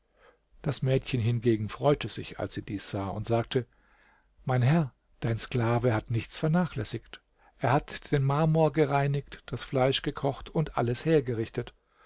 das mädchen hingegen freute sich als sie dies sah und sagte mein herr dein sklave hat nichts vernachlässigt er hat den marmor gereinigt das fleisch gekocht und alles hergerichtet